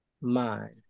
mind